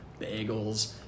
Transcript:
bagels